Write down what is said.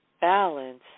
balance